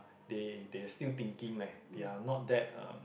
they they are still thinking leh they are not that um